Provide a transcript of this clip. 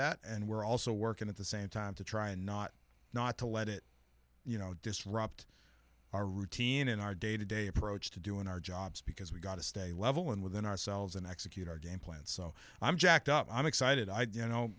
that and we're also working at the same time to try and not not to let it you know disrupt our routine and our day to day approach to doing our jobs because we've got to stay level and within ourselves and execute our game plan so i'm jacked up i'm excited i do you